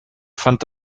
fand